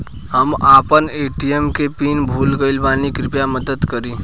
हम आपन ए.टी.एम के पीन भूल गइल बानी कृपया मदद करी